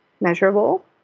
measurable